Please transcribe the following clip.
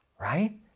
right